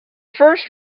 first